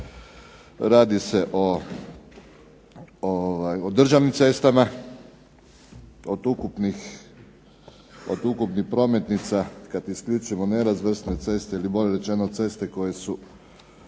Radi se o državnim cestama. Od ukupnih prometnica, kad isključimo nerazvrstane cesta ili bolje rečeno ceste koje su